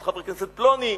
את חבר הכנסת פלוני,